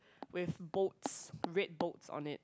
with bolts red bolts on it